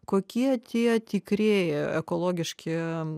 kokie tie tikrieji ekologiški